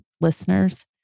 listeners